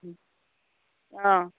अ